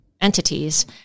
entities